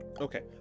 okay